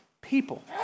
people